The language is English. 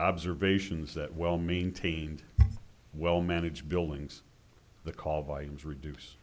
observations that well maintained well managed buildings the call volumes reduce